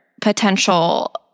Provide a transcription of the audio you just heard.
potential